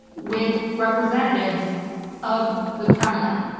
with representatives of the kremlin,